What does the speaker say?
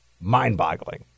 mind-boggling